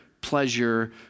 pleasure